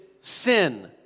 sin